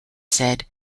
said